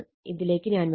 ഇതിലേക്ക് ഞാൻ വരാം